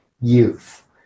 youth